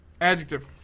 adjective